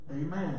amen